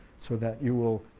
so that you will,